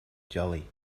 jolly